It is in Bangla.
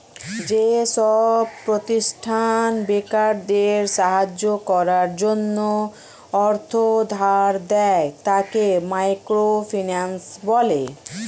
যেসব প্রতিষ্ঠান বেকারদের সাহায্য করার জন্য অর্থ ধার দেয়, তাকে মাইক্রো ফিন্যান্স বলে